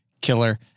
killer